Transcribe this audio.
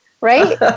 right